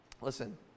Listen